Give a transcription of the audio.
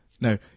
no